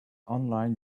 online